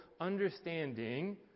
understanding